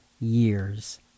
years